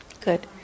good